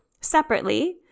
separately